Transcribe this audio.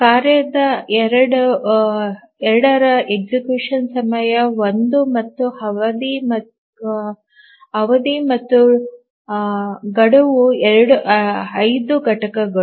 ಕಾರ್ಯ 2 execution ಸಮಯ 1 ಮತ್ತು ಅವಧಿ ಮತ್ತು ಗಡುವು 5 ಘಟಕಗಳು